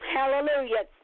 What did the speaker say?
Hallelujah